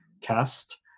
cast